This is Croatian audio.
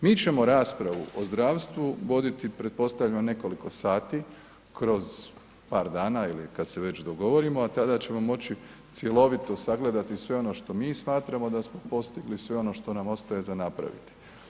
Mi ćemo raspravu o zdravstvu voditi pretpostavljam nekoliko sati kroz par dana ili kad se već dogovorimo, a tada ćemo moći cjelovito sagledati sve ono što mi smatramo da smo postigli, sve ono što nam ostaje za napraviti.